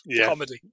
comedy